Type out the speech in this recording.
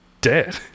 dead